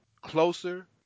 closer